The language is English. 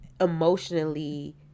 emotionally